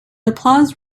applause